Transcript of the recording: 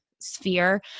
sphere